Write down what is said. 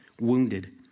wounded